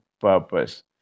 purpose